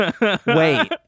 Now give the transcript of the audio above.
Wait